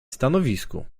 stanowisku